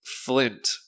Flint